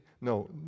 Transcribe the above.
no